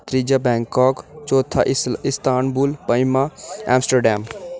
त्रीआ बैंकाक चौथा इस्ला इस्तांबुल पंजमा ऐम्सटर्डम